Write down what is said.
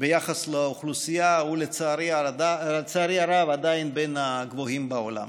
ביחס לאוכלוסייה הוא לצערי הרב עדיין בין הגבוהים בעולם.